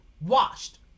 Washed